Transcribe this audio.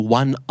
one